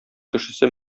кешесе